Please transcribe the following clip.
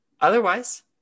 Otherwise